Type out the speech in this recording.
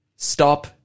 Stop